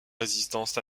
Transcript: résistance